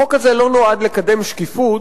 החוק הזה לא נועד לקדם שקיפות,